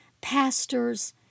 pastors